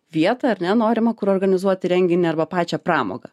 vietą ar ne norimą kur organizuoti renginį arba pačią pramogą